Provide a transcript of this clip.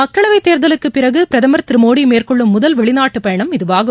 மக்களவைத் தேர்தலுக்குபிறகுபிரதமர் திருமோடி மேற்கொள்ளும் முதல் வெளிநாட்டுபயணம் இதுவாகும்